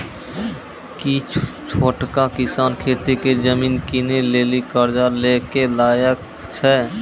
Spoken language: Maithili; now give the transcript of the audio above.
कि छोटका किसान खेती के जमीन किनै लेली कर्जा लै के लायक छै?